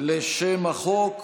לשם החוק,